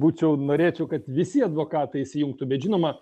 būčiau norėčiau kad visi advokatai įsijungtų bet žinoma